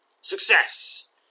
Success